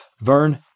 Vern